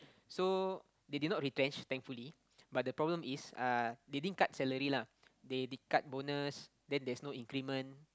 so they did not retrench thankfully but the problem is uh they didn't cut salary lah they did cut bonus then there's no increment